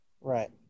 Right